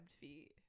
feet